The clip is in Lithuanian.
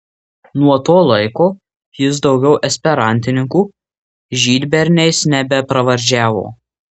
nuo to laiko jis daugiau esperantininkų žydberniais nebepravardžiavo